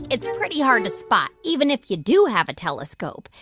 it's pretty hard to spot, even if you do have a telescope.